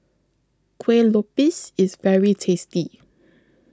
Kuih Lopes IS very tasty